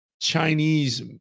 chinese